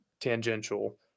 tangential